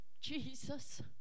Jesus